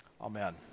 amen